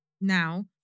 now